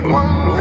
one